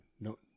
No